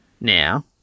now